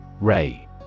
Ray